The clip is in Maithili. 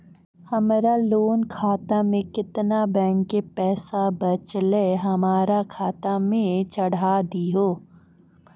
हमरा लोन खाता मे केतना बैंक के पैसा बचलै हमरा खाता मे चढ़ाय दिहो?